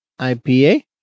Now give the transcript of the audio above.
IPA